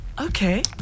okay